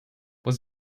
was